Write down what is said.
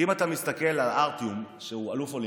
כי אם אתה מסתכל על ארטיום, שהוא אלוף אולימפי,